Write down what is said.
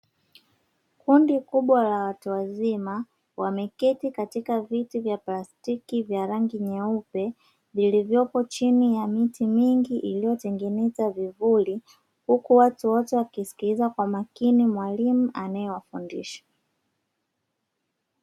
Kundi kubwa la watu wazima wameketi katika viti vya plastiki vya rangi nyeupe vilivyopo chini ya miti mingi iliyotengenezwa kivuli, huku watu wote wakisikiliza kwa umakini mwalimu anaewafundisha.